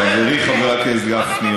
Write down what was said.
חברי חבר הכנסת גפני,